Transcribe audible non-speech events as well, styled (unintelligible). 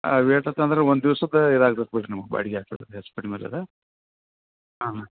(unintelligible) ಆತು ಅಂದ್ರೆ ಒಂದು ದಿವ್ಸದ್ದು ಇದು ಆಗ್ತತೆ ಬಿಡಿರಿ ನಿಮ್ಗೆ ಬಾಡಿಗೆ ಆಗ್ತತ್ ಹೆಚ್ಚು ಕಡ್ಮೆ ರೀ ಅದು ಹಾಂ ಹಾಂ